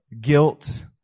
guilt